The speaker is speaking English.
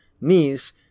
knees